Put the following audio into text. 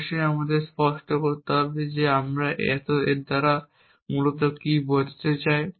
অবশ্যই আমাদের স্পষ্ট করতে হবে যে আমরা এর দ্বারা মূলত কী বোঝাতে চাই